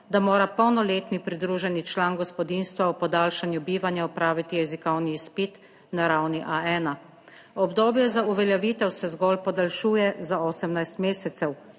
da mora polnoletni pridruženi član gospodinjstva o podaljšanju bivanja opraviti jezikovni izpit na ravni A1. Obdobje za uveljavitev se zgolj podaljšuje za 18. mesecev.